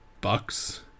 Bucks